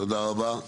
תודה רבה.